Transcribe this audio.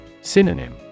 Synonym